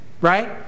right